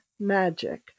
magic